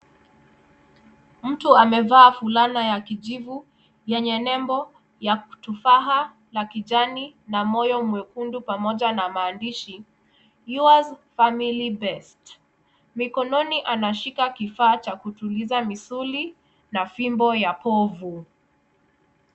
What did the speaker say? Mtu amevaa fulana ya kijivu yenye nembo ya tufaha ya kijani na moyo mwekundu pamoja na maandishi Yours Family Best. Mkononi anashika kifaa cha kutuliza misuli na fimbo ya povu.